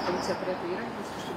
policija turėtų įrankius kažkaip